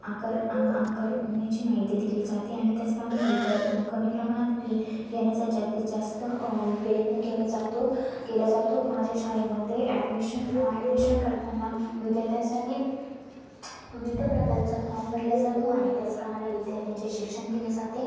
आकार आ आकारण्याची माहिती दिली जाते आणि त्याचप्रमाणे कमी प्रमाणात फी घेण्याचा जास्तीत जास्त प्रयत्न केला जातो केला जातो माझ्या शाळेमध्ये ॲडमिशन ॲडमिशन करताना विद्यार्थ्यांसाठी विविध प्रकारचा फॉम भरल्या जातो आणि त्याचप्रमाणे विद्यार्थ्यांचे शिक्षण दिले जाते